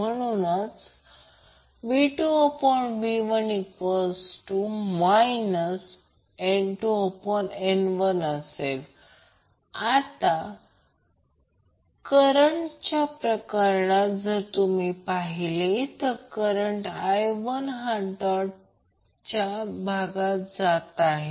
म्हणून जर ω2 ω 1 2 ठेवले तर दोन्ही बाजू रद्द केल्या जातील ते ω0 2 CR असेल किंवा ते ω0 असेल तर भागिले ω0